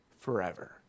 forever